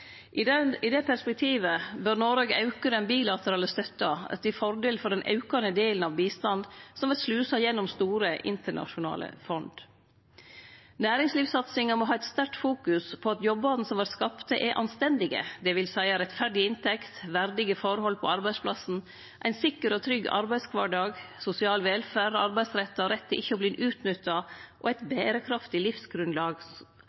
I det perspektivet bør Noreg auke den bilaterale støtta til fordel for den aukande delen av bistanden som vert slusa gjennom store, internasjonale fond. Næringslivssatsinga må ha eit sterkt fokus på at jobbane som vert skapte, er anstendige – det vil seie rettferdig inntekt, verdige forhold på arbeidsplassen, ein sikker og trygg arbeidskvardag, sosial velferd, arbeidsrettar, rett til å ikkje verte utnytta og eit